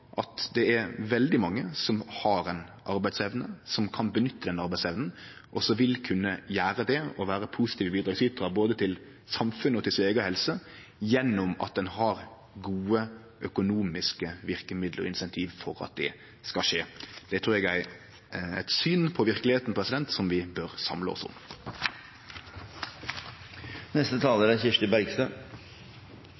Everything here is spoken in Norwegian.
at det er veldig mange som har ei arbeidsevne, som kan nytte den arbeidsevna, og som vil kunne gjere det og vere positive bidragsytarar både til samfunnet og til si eiga helse gjennom at ein har gode økonomiske verkemiddel og incentiv for at det skal skje. Det trur eg er eit syn på verkelegheita som vi bør samle oss